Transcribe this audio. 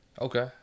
Okay